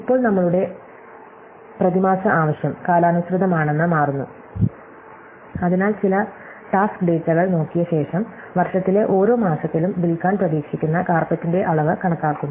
ഇപ്പോൾ നമ്മളുടെ പ്രതിമാസ ആവശ്യം കാലാനുസൃതമാണെന്ന് മാറുന്നു അതിനാൽ ചില ടാസ്ക് ഡാറ്റകൾ നോക്കിയ ശേഷം വർഷത്തിലെ ഓരോ മാസത്തിലും വിൽക്കാൻ പ്രതീക്ഷിക്കുന്ന കാർപെറ്റിന്റെ അളവ് കണക്കാക്കുന്നു